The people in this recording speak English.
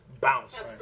Bounce